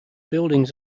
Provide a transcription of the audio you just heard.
buildings